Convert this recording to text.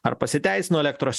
ar pasiteisino elektros